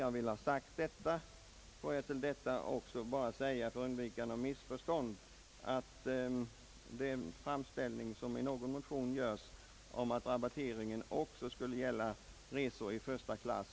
För undvikande av missförstånd vill jag bara tillägga att jag icke biträder det yrkande som görs i någon motion att rabatteringen också skulle gälla vid resor i första klass.